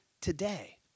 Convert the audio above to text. today